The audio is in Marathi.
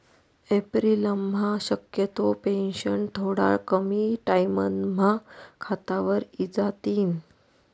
एप्रिलम्हा शक्यतो पेंशन थोडा कमी टाईमम्हा खातावर इजातीन